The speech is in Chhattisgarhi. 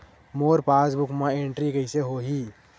मोर पासबुक मा एंट्री कइसे होही?